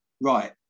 right